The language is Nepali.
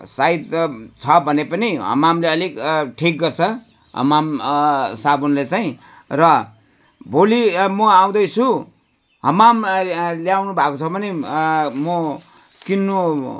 सहित छ भने पनि हमामले अलिक ठिक गर्छ हमाम साबुनले चाहिँ र भोलि म आउँदैछु हमाम ल्याउनु भएको छ भने म किन्नु